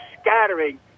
scattering